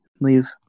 Leave